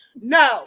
No